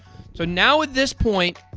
so, now, at this point,